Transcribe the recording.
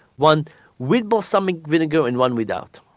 one with balsamic vinegar and one without.